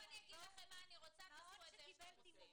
בואו אני אגיד לכם מה שאני רוצה ותנסחו את זה איך שאתם רוצים.